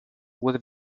with